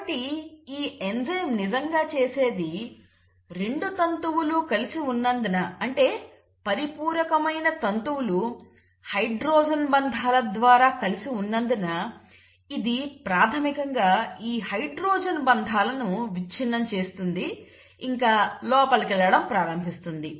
కాబట్టి ఈ ఎంజైమ్ నిజంగా చేసేది 2 తంతువులు కలిసి ఉన్నందున అంటే పరిపూరకరమైన తంతువులు హైడ్రోజన్ బంధాల ద్వారా కలిసి ఉన్నందున ఇది ప్రాథమికంగా ఈ హైడ్రోజన్ బంధాలను విచ్ఛిన్నం చేస్తుంది ఇంకా లోపలికి వెళ్లడం ప్రారంభిస్తుంది